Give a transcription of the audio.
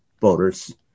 voters